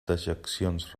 dejeccions